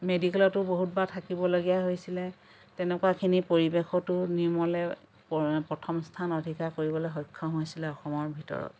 মেডিকেলতো বহুতবাৰ থাকিবলগীয়া হৈছিলে তেনেকুৱাখিনি পৰিৱেশতো নিৰ্মলে প্ৰথম স্থান অধিকাৰ কৰিবলে সক্ষম হৈছিলে অসমৰ ভিতৰত